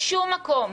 בשום מקום,